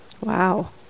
Wow